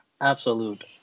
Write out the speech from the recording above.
absolute